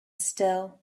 still